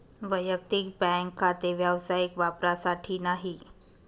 वैयक्तिक बँक खाते व्यावसायिक वापरासाठी नाही